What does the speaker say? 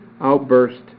outburst